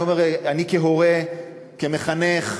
אני כהורה, כמחנך,